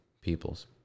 peoples